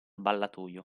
ballatoio